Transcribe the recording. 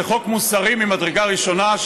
זה חוק מוסרי ממדרגה ראשונה,